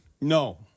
No